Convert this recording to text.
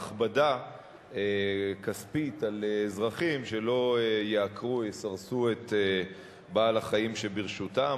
הכבדה כספית על אזרחים שלא יעקרו-יסרסו את בעל-החיים שברשותם,